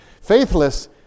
Faithless